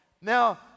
Now